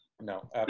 no